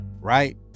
Right